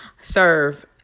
serve